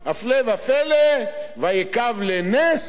הפלא ופלא: ויקו לנס,